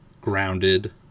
grounded